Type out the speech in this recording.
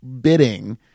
bidding